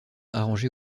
arrangé